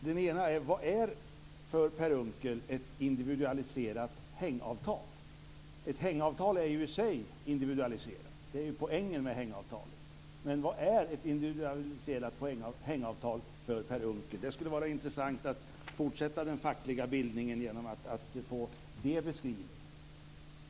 Fru talman! Två saker. Vad är för Per Unckel ett individualiserat hängavtal? Ett hängavtal är ju i sig individualiserat. Det är poängen med hängavtalet. Vad är ett individualiserat hängavtal för Per Unckel? Det skulle vara intressant att fortsätta den fackliga bildningen genom att få det beskrivet.